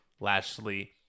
Lashley